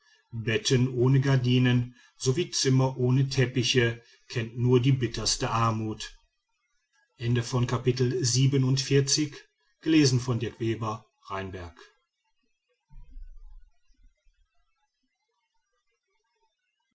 betten ohne gardinen sowie zimmer ohne teppiche kennt nur die bitterste armut